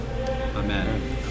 Amen